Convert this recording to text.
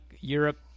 Europe